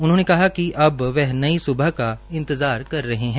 उन्होंने कहा कि अब वह नई सुबह का इंतजार कर रहे हैं